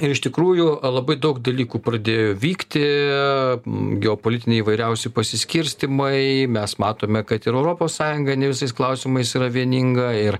ir iš tikrųjų labai daug dalykų pradėjo vykti geopolitiniai įvairiausi pasiskirstymai mes matome kad ir europos sąjunga ne visais klausimais yra vieninga ir